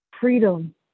freedom